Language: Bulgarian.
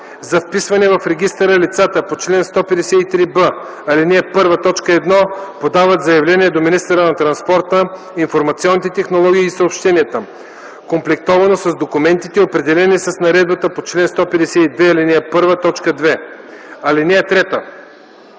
За вписване в регистъра лицата по чл. 153б, ал. 1, т. 1 подават заявление до министъра на транспорта, информационните технологии и съобщенията, комплектувано с документите, определени с наредба по чл. 152, ал. 1, т. 2.